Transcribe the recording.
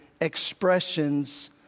expressions